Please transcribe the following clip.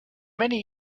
many